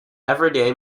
everyday